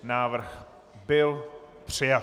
Návrh byl přijat.